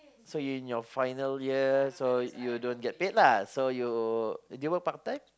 so you in your final year so you don't get paid lah so you do you work part-time